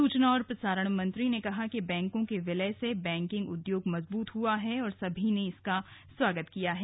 सूचना और प्रसारण मंत्री ने कहा कि बैंकों के विलय से बैंकिंग उद्योग मजबूत हुआ है और सभी ने इसका स्वागत किया है